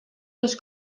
dos